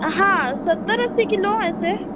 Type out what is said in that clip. हाँ सत्तर अस्सी किलो है से